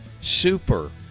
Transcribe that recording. Super